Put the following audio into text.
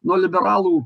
nuo liberalų